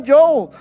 Joel